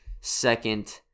second